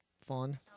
fun